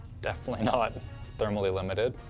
definitely not thermally limited.